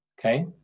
okay